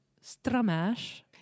stramash